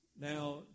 Now